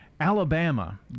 Alabama